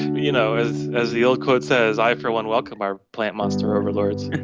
you know as as the old quote says, i for one welcome our planet master overlords.